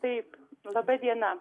taip laba diena